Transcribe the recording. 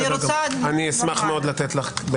אשמח לתת לך.